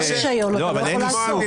אגרה, אין לך רישיון, אתה לא יכול לעסוק.